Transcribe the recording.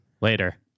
Later